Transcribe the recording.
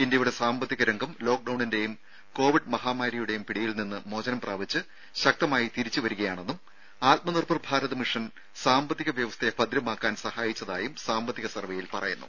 ഇന്ത്യയുടെ സാമ്പത്തിക രംഗം ലോക്ക്ഡൌണിന്റേയും കോവിഡ് മഹാമാരിയുടേയും പിടിയിൽ നിന്ന് മോചനം പ്രാപിച്ച് ശക്തമായി തിരിച്ചു വരികയാണെന്നും ആത്മനിർഭർ ഭാരത് മിഷൻ സാമ്പത്തിക വ്യവസ്ഥയെ ഭദ്രമാക്കാൻ സഹായിച്ചതായും സാമ്പത്തിക സർവേയിൽ പറയുന്നു